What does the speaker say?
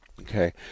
Okay